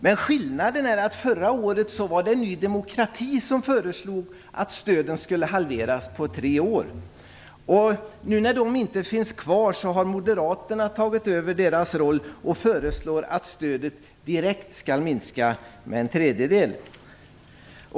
Men skillnaden är att det förra året var Ny demokrati som föreslog att stödet skulle halveras på tre år. Nu när Ny demokrati inte finns med har Moderaterna tagit över deras roll. Moderaterna föreslår nu att stödet direkt skall minska med en tredjedel.